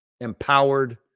empowered